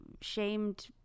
shamed